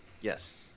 Yes